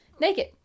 Naked